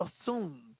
assume